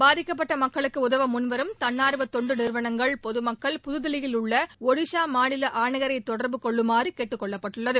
பாதிக்கப்பட்ட மக்களுக்கு உதவ முன்வரும் தன்னார்வ தொண்டு நிறுவனங்கள் பொதுமக்கள் புதுதில்லியில் உள்ள ஒடிஷா மாநில ஆணையரை தொடர்பு கொள்ளுமாறு கேட்டுக் கொள்ளப்பட்டுள்ளது